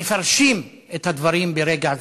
מפרשים את הדברים ברגע זה: